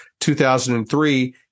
2003